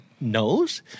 knows